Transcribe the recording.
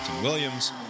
williams